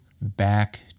back